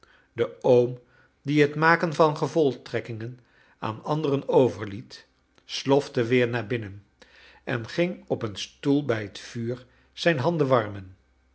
de oom die het maken van gevolgtrekkingen aan anderen overliet slofte weer naar binnen en ging op een stoel bij het vuur zijn handen warmen